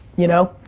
you know?